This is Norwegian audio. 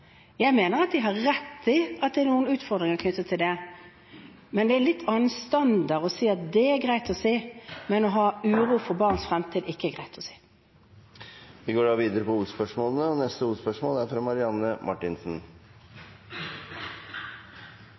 det er noen utfordringer knyttet til det. Men det er en litt annen standard å si at det er det greit å si, men å ha uro for barns fremtid er det ikke greit å si. Vi går videre til neste hovedspørsmål. Vi har grunn til å være bekymret over antall arbeidsledige i Norge, og